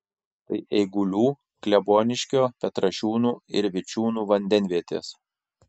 tai eigulių kleboniškio petrašiūnų ir vičiūnų vandenvietės